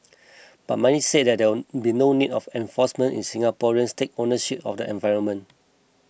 but many said there would be no need of enforcement if Singaporeans take ownership of their environment